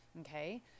Okay